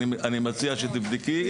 אני מציע שתבדקי.